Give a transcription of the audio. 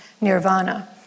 nirvana